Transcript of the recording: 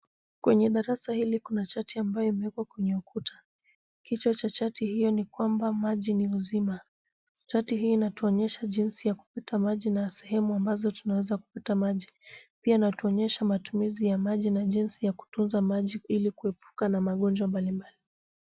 Kwenye darasa hili kuna chati ambayo imewekwa kwenye ukuta. Kichwa chati hiyo ni kwamba maji ni uzima ,chati hii inatuonyesha jinsi ya kuchota maji na sehemu ambazo tunaweza kupata maji, pia inatuonyesha matumizi ya maji na jinsi ya kutunza maji ili kuepukana na magonjwa mbalimbali.